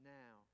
now